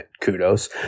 kudos